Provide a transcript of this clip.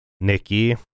Nikki